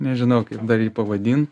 nežinau kaip dar jį pavadint